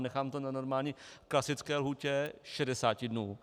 Nechám to na normální klasické lhůtě 60 dnů.